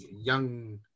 young